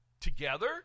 together